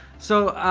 so,